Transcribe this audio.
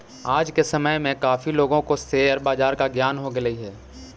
आज के समय में काफी लोगों को शेयर बाजार का ज्ञान हो गेलई हे